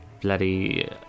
bloody